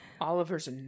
Oliver's